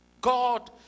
God